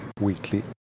weekly